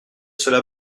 cela